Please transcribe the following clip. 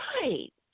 Right